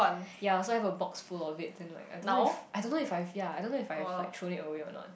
ya so I have a box full of it then like I don't know if I don't know if I've ya I don't know if I've like thrown it away or not